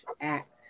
act